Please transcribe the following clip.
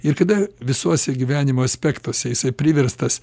ir kada visuose gyvenimo aspektuose jisai priverstas